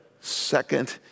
second